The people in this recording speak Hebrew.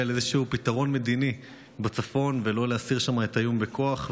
לאיזשהו פתרון מדיני בצפון ולא להסיר את האיום שם בכוח.